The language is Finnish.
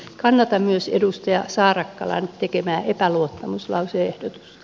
kannatan myös edustaja saarakkalan tekemää epäluottamuslause ehdotusta